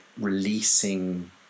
releasing